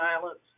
violence